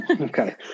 Okay